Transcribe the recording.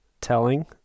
telling